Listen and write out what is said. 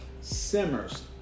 simmers